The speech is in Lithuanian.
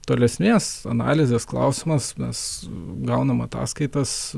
tolesnės analizės klausimas mes gaunam ataskaitas